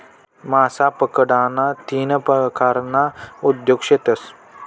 मासा पकडाना तीन परकारना उद्योग शेतस